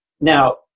Now